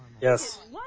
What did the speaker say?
Yes